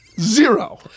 Zero